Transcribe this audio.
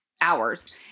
hours